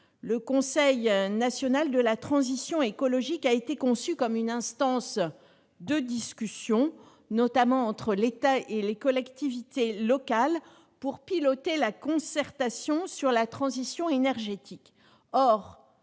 Le Conseil national de la transition écologique a été conçu comme une instance de discussion, notamment entre l'État et les collectivités territoriales, destinée à piloter la concertation sur la transition énergétique.